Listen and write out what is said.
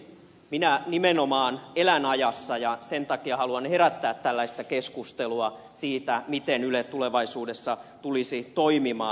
minä nimenomaan elän ajassa ja sen takia haluan herättää tällaista keskustelua siitä miten yle tulevaisuudessa tulisi toimimaan